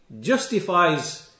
justifies